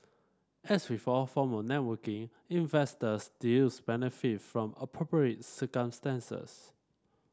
as with all form of networking investors deals benefit from appropriate circumstances